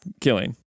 killing